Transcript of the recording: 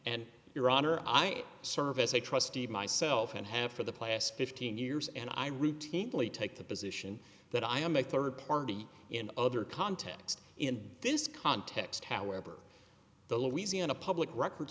and your honor i serve as a trustee myself and have for the plas fifteen years and i routinely take the position that i am a third party in other context in this context however the louisiana public record